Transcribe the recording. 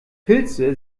pilze